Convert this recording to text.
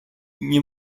nie